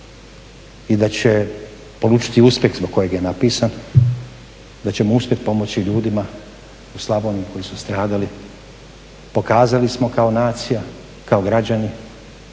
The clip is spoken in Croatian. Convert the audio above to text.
i da će polučiti uspjeh zbog kojeg je napisan, da ćemo uspjeti pomoći ljudima u Slavoniji koji su stradali. Pokazali smo kao nacija, kao građani